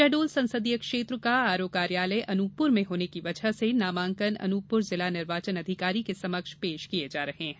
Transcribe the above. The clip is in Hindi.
शहडोल संसदीय क्षेत्र का आरओ कार्यालय अनूपपुर में होने की वजह से नामांकन अनूपपुर जिला निर्वाचन अधिकारी के समक्ष पेश किये जा रहे हैं